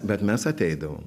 bet mes ateidavom